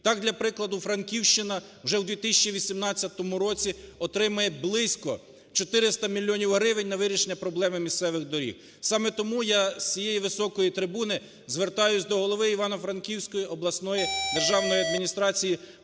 Так для прикладу, Франківщина вже у 2018 році отримає близько 400 мільйонів гривень на вирішення проблеми місцевих доріг. Саме тому я з цієї високої трибуну звертаюсь до голови Івано-Франківської обласної державної адміністрації пана